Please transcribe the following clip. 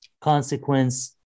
consequence